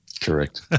Correct